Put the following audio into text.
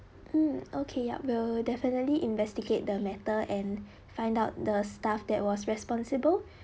mm okay yup we'll definitely investigate the matter and find out the staff that was responsible